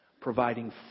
providing